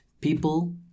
people